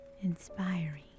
inspiring